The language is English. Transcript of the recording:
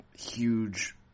huge